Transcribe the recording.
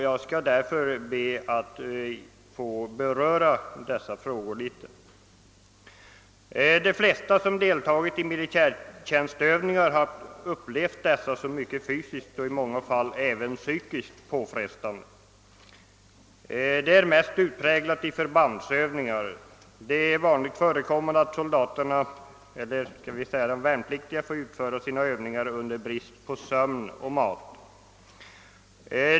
Jag skall därför något beröra dessa frågor. De flesta som deltagit i militära övningar har upplevt dessa som fysiskt och i många fall även psykiskt mycket påfrestande. Detta är mest utpräglat vid förbandsövningar. Det är vanligen före kommande att de värnpliktiga får utföra sina övningar under brist på sömn och mat.